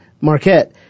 Marquette